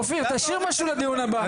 אופיר, תשאיר משהו לדיון הבא.